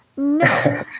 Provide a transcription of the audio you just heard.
No